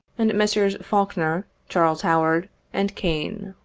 and messrs. faulkner, charles howard and kane.